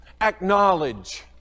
acknowledge